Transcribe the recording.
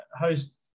host